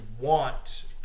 want